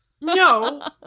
no